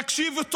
תקשיבו טוב,